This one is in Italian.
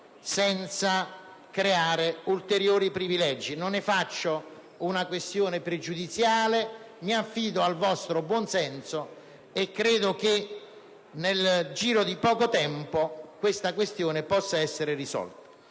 senza creare ulteriori privilegi. Non ne faccio una questione pregiudiziale, ma mi affido al vostro buon senso e credo che nel giro di poco tempo tale questione possa essere risolta.